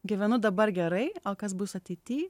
gyvenu dabar gerai o kas bus ateity